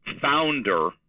founder